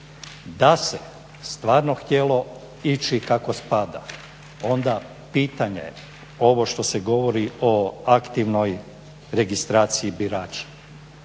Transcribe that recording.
Da se stvarno htjelo ići kako spada onda pitanje je ovo što se govori o aktivnoj registraciji birača.